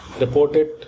reported